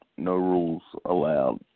no-rules-allowed